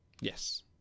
Yes